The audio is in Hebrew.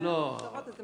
אחד מהם הוא אתה,